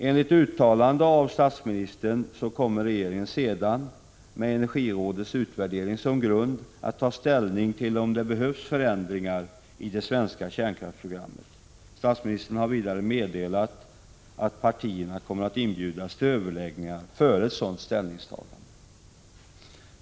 Enligt uttalande av statsministern kommer regeringen sedan, med energirådets utvärdering som grund, att ta ställning till om det behövs förändringar i det svenska kärnkraftsprogrammet. Statsministern har vidare meddelat att partierna kommer att inbjudas till överläggningar före ett sådant ställningstagande.